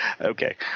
okay